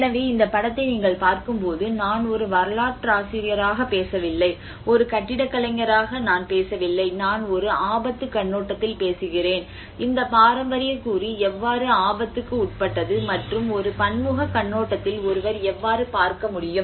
எனவே இந்த படத்தை நீங்கள் பார்க்கும்போது நான் ஒரு வரலாற்றாசிரியராகப் பேசவில்லை ஒரு கட்டிடக் கலைஞராக நான் பேசவில்லை நான் ஒரு ஆபத்து கண்ணோட்டத்தில் பேசுகிறேன் இந்த பாரம்பரிய கூறு எவ்வாறு ஆபத்துக்கு உட்பட்டது மற்றும் ஒரு பன்முக கண்ணோட்டத்தில் ஒருவர் எவ்வாறு பார்க்க முடியும்